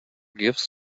gives